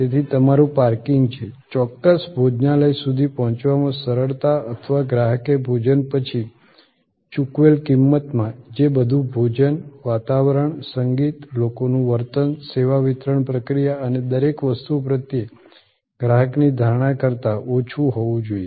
તેથી તમારું પાર્કિંગ છે ચોક્કસ ભોજનાલય સુધી પહોંચવામાં સરળતા અથવા ગ્રાહકે ભોજન પછી ચૂકવેલ કિંમતમાં જે બધું ભોજન વાતાવરણ સંગીત લોકોનું વર્તન સેવા વિતરણ પ્રક્રિયા અને દરેક વસ્તુ પ્રત્યે ગ્રાહકની ધારણા કરતાં ઓછું હોવું જોઈએ